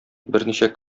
берничә